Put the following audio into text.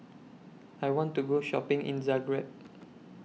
I want to Go Shopping in Zagreb